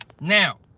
now